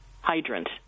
hydrant